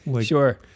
sure